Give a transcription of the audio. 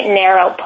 narrow